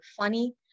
funny